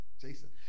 Jason